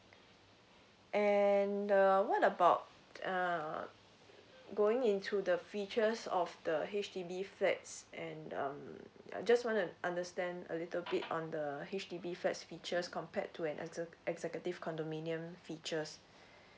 and uh what about um going into the features of the H_D_B flats and um I just wanna understand a little bit on the H_D_B flat features compared to an exec~ executive condominium features